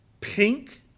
Pink